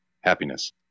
happiness